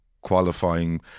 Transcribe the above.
qualifying